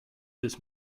this